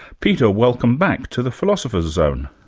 peter, welcome back to the philosopher's zone.